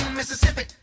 Mississippi